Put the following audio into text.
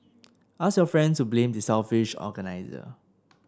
ask your friend to blame the selfish organiser